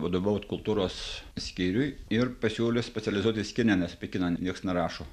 vadovaut kultūros skyriui ir pasiūlė specializuotis kine nes apie kiną nieks nerašo